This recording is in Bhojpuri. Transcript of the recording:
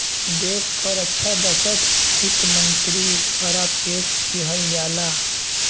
देश क रक्षा बजट वित्त मंत्री द्वारा पेश किहल जाला